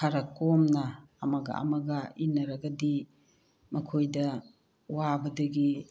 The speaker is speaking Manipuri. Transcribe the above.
ꯈꯔ ꯀꯣꯝꯅ ꯑꯃꯒ ꯑꯃꯒ ꯏꯟꯅꯔꯒꯗꯤ ꯃꯈꯣꯏꯗ ꯋꯥꯕꯗꯒꯤ